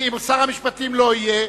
אם שר המשפטים לא יהיה